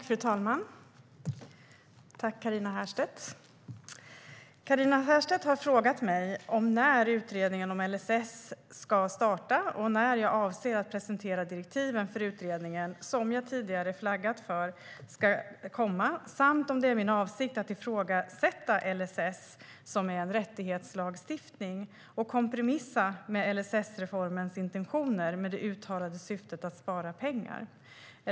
Fru talman! Carina Herrstedt har frågat mig när utredningen om LSS ska starta, när jag avser att presentera direktiven för utredningen som jag tidigare flaggat för ska komma och om det är min avsikt att ifrågasätta LSS, som är en rättighetslag, och kompromissa med LSS-reformens intentioner med det uttalade syftet att spara pengar.